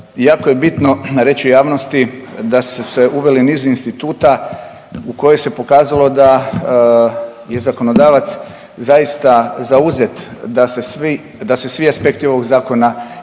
Jako je bitno reći javnosti da su se uveli niz instituta u kojoj se pokazalo da je zakonodavac zaista zauzet da se svi aspekti ovog zakona